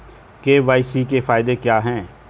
KYC के फायदे क्या है?